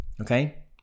okay